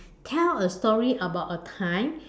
tell a story about a time